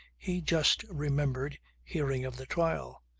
he just remembered hearing of the trial.